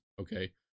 Okay